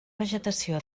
vegetació